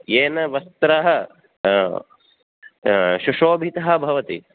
येन वस्त्रं शुशोभितं भवति